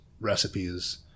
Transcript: recipes